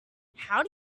how